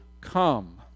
come